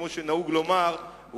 כמו שנהוג לומר,